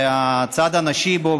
מהצד הנשי בו,